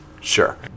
Sure